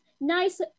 nice